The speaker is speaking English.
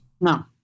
No